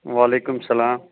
وعلیکُم السلام